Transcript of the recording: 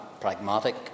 pragmatic